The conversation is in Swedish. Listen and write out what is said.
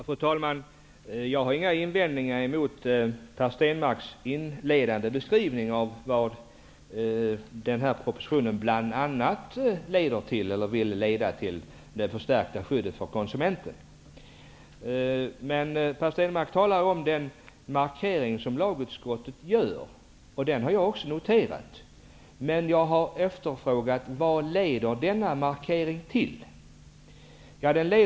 Fru talman! Jag har inga invändningar emot Per Stenmarcks inledande beskrivning av vad den här propositionen bl.a. avser att leda till, nämligen det förstärkta skyddet för konsumenten. Per Stenmarck talar om den markering som lagutskottet gör. Den har jag också noterat, men jag har efterfrågat vad denna markering leder till.